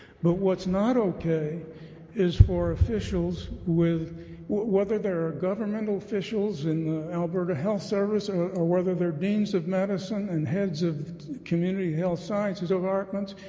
but what's not okay is for officials with whether there are governmental officials in the alberta health service or whether they're deans of medicine and heads of community health sciences departments.